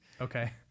Okay